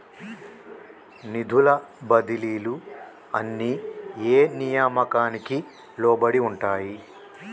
నిధుల బదిలీలు అన్ని ఏ నియామకానికి లోబడి ఉంటాయి?